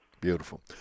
Beautiful